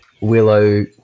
willow